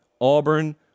Auburn